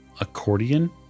accordion